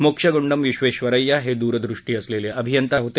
मोक्ष गुंडम विश्वेश्वरय्या हे दूरदृष्टी असलेले अभियंता होते